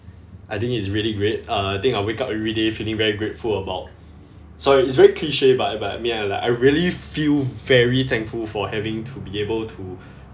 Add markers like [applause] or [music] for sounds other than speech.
I think it's really great uh I think I wake up every day feeling very grateful about sorry it's very cliche but but I mean I like really feel very thankful for having to be able to [breath]